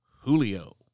Julio